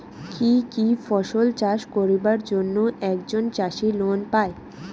কি কি ফসল চাষ করিবার জন্যে একজন চাষী লোন পায়?